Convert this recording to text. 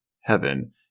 heaven